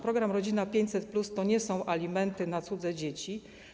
Program „Rodzina 500+” to nie są alimenty na cudze dzieci.